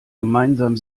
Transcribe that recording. gemeinsam